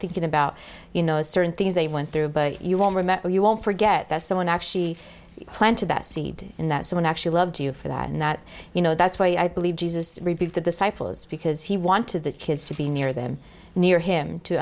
thinking about you know certain things they went through but you will remember you won't forget that someone actually planted that seed in that someone actually loved you for that and that you know that's why i believe jesus rebuked the disciples because he wanted the kids to be near them near him to